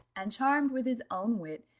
and, charmed with his own wit,